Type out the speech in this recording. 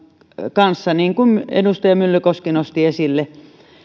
kanssa niin kuin edustaja myllykoski nosti esille